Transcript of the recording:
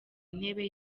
intebe